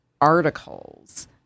articles